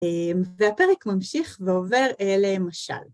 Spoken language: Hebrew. והפרק ממשיך ועובר למשל.